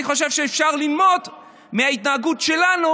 אני חושב שאפשר ללמוד מההתנהגות שלנו,